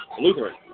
Lutheran